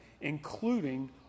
including